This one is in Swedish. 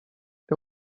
det